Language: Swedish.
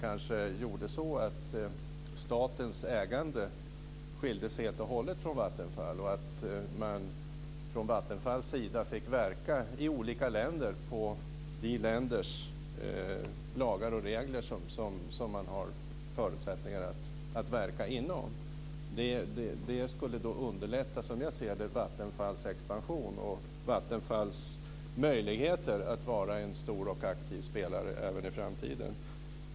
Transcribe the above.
Kanske skulle staten ägande skiljas från Vattenfall helt och hållet så att Vattenfall kunde verka i olika länder efter dessa länders lagar och regler. Som jag ser det skulle detta underlätta Vattenfalls expansion och Vattenfalls möjligheter att vara en stor och aktiv spelare även i framtiden.